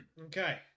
Okay